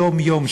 יום-יום,